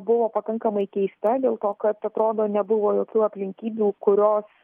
buvo pakankamai keista dėl to kad atrodo nebuvo jokių aplinkybių kurios